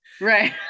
Right